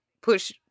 push